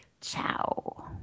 Ciao